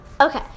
Okay